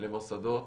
למוסדות